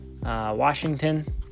Washington